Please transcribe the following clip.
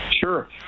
Sure